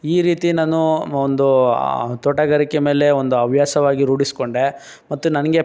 ಈ ರೀತಿ ನಾನು ಒಂದು ತೋಟಗಾರಿಕೆ ಮೇಲೆ ಒಂದು ಹವ್ಯಾಸವಾಗಿ ರೂಢಿಸ್ಕೊಂಡೆ ಮತ್ತೆ ನನಗೆ